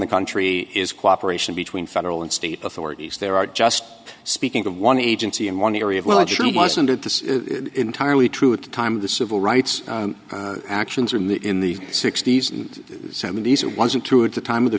the country is cooperation between federal and state authorities there are just speaking of one agency in one area well it surely wasn't at this entirely true at the time of the civil rights actions in the in the sixty's and seventy's it wasn't true at the time of the